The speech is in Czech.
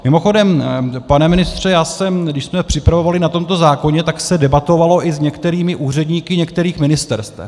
Mimochodem, pane ministře, když jsme připravovali tento zákon, tak se debatovalo i s některými úředníky některých ministerstev.